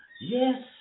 Yes